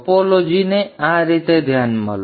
ટોપોલોજીને આ રીતે ધ્યાનમાં લો